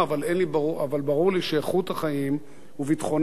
אבל ברור לי שאיכות החיים וביטחונם